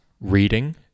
reading